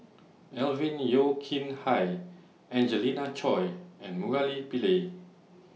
Alvin Yeo Khirn Hai Angelina Choy and Murali Pillai